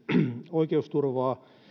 oikeusturvaa